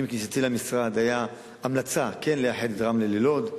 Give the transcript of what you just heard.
אם כי אצלי במשרד היתה המלצה כן לאחד את רמלה ולוד.